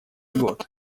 год